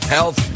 Health